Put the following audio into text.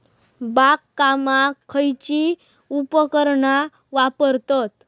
बागकामाक खयची उपकरणा वापरतत?